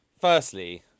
firstly